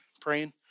Praying